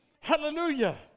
Hallelujah